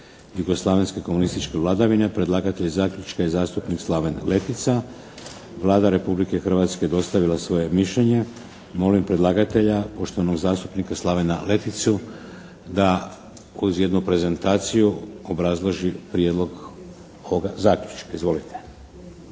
Jugoslavenske komunističke vladavine – Predlagatelj zastupnik Slaven Letica Vlada Republike Hrvatske je dostavila svoje mišljenje. Molim predlagatelja, poštovanog zastupnika Slavenu Leticu da uz jednu prezentaciju obrazloži prijedlog ovoga zaključka. Izvolite.